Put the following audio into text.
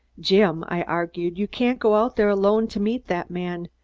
jim, i argued, you can't go out there alone to meet that man.